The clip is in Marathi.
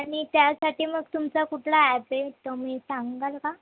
आणि त्यासाठी मग तुमचं कुठलं ॲप आहे तुम्ही सांगाल का